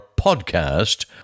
podcast